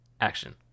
Action